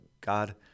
god